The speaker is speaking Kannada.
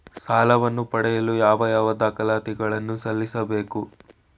ಸಾಲವನ್ನು ಪಡೆಯಲು ಯಾವ ಯಾವ ದಾಖಲಾತಿ ಗಳನ್ನು ಸಲ್ಲಿಸಬೇಕು?